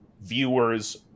viewers